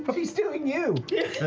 but she's doing you.